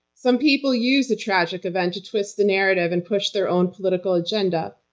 some people use the tragic event to twist the narrative and push their own political agenda.